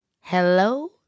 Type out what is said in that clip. hello